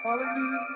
Hallelujah